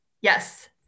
yes